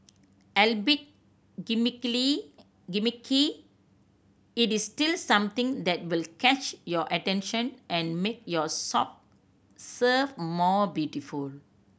albeit gimmicky it is still something that will catch your attention and make your serve more beautiful